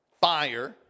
fire